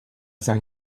sein